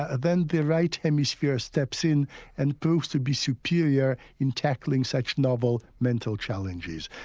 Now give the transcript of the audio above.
ah then the right hemisphere steps in and proves to be superior in tackling such novel mental challenges.